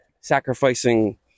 sacrificing